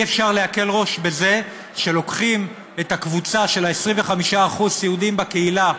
אי-אפשר להקל ראש בזה שלוקחים את הקבוצה של 25% סיעודיים בקהילה,